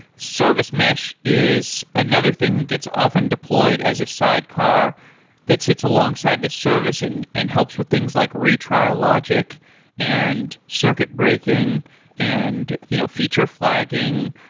service mesh is another thing that gets often deployed as a sidecar that sits alongside this service in and helps with things like retry logic and circuit breaking and you know feature flagging.